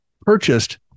purchased